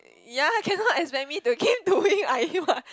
ya cannot expect me to keep doing what